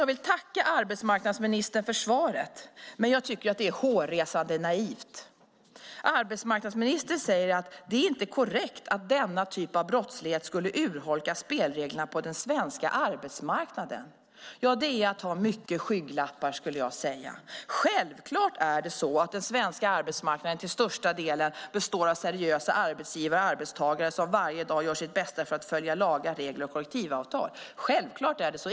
Jag vill tacka arbetsmarknadsministern för svaret, men jag tycker att det är hårresande naivt. Arbetsmarknadsministern säger att det inte är korrekt att denna typ av brottslighet skulle urholka spelreglerna på den svenska arbetsmarknaden. Det är att ha mycket skygglappar, skulle jag vilja säga. Självklart består den svenska arbetsmarknaden till största delen av seriösa arbetsgivare och arbetstagare som varje dag gör sitt bästa för att följa lagar, regler och kollektivavtal. Självklart är det så.